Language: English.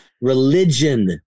religion